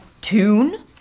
tune